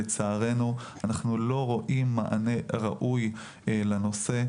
לצערנו אנחנו לא רואים מענה ראוי לנושא.